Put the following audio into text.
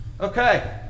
Okay